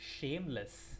shameless